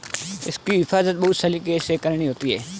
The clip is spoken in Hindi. इसकी हिफाज़त बहुत सलीके से करनी होती है